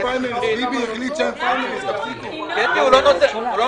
רבותיי, הבטחתי, וזה